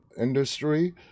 industry